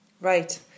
Right